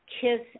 Kiss